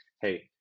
hey